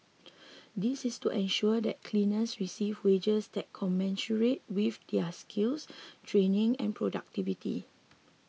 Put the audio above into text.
this is to ensure that cleaners receive wages that commensurate with their skills training and productivity